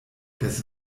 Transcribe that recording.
des